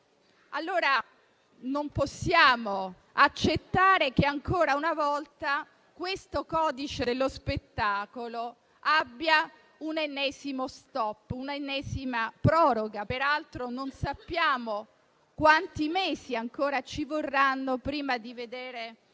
allora, accettare ancora una volta che il codice dello spettacolo abbia un ennesimo stop, una ennesima proroga. Peraltro, non sappiamo quanti mesi ancora ci vorranno prima che questo